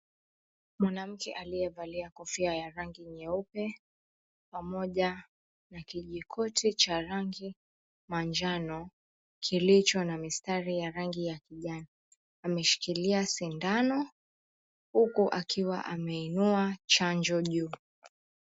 Mwanamke aliyevalia kofia ya rangi nyeupe pamoja na kijikoti cha rangi manjano kilicho na mistari ya rangi ya kijani. Ameshikilia sindano huku akiwa ameinua chanjo juu.